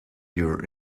your